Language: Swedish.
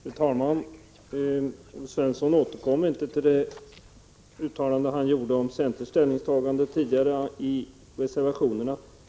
Fru talman! Olle Svensson återkom inte till det uttalande som han tidigare gjorde om centerns ställningstagande i reservation 4.